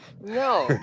No